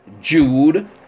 Jude